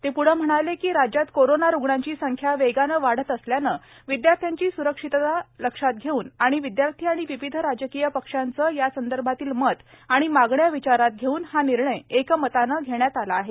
ते प्ढं म्हणाले की राज्यात कोरोना रुग्णांची संख्या वेगाने वाढत असल्याने विदयार्थ्यांची सूरक्षितता लक्षात घेऊन आणि विद्यार्थी आणि विविध राजकीय पक्षांचे यासंदर्भातील मत आणि मागण्या विचारात घेऊन हा निर्णय एकमताने घेण्यात आला आहे